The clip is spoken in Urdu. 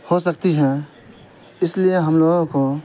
ہو سکتی ہے اس لیے ہم لوگوں کو